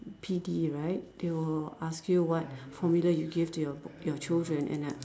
P_D right they will ask you what formula you give to your your children and I